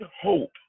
hope